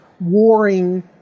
warring